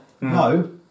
no